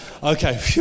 Okay